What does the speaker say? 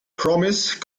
promise